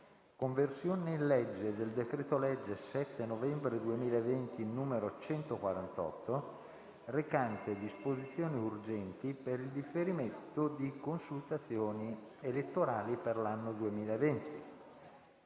«Conversione in legge del decreto-legge 7 novembre 2020, n. 148, recante disposizioni urgenti per il differimento di consultazioni elettorali per l'anno 2020»